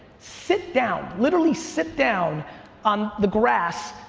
sit down, literally sit down on the grass,